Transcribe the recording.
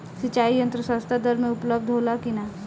सिंचाई यंत्र सस्ता दर में उपलब्ध होला कि न?